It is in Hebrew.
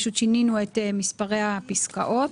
פשוט שינינו את מספרי הפסקאות.